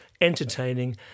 entertaining